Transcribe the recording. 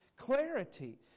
clarity